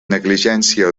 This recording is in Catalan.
negligència